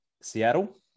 Seattle